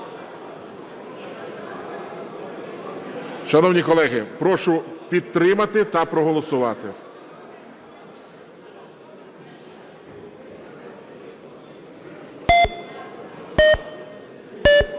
Шановні колеги, прошу підтримати та проголосувати. 11:10:26